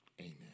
Amen